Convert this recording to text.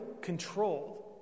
controlled